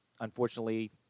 unfortunately